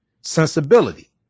sensibility